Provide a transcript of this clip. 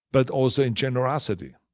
but also in generosity.